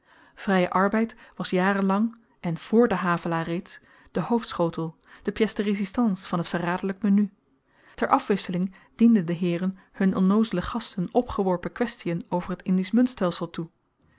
duitenplatery vrye arbeid was jaren lang en vr den havelaar reeds de hoofdschotel de pièce de résistance van t verraderlyk menu ter afwisseling dienden de heeren hun onnoozelen gasten opgeworpen kwestien over t indisch muntstelsel toe